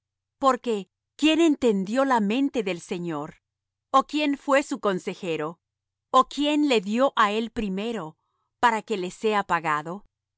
caminos porque quién entendió la mente del señor ó quién fué su consejero o quién le dió á él primero para que le sea pagado